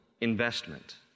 investment